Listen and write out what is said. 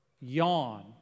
yawn